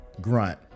Grunt